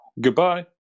Goodbye